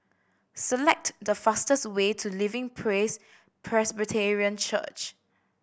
select the fastest way to Living Praise Presbyterian Church